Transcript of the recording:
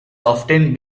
often